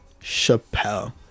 Chappelle